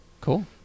Cool